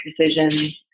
decisions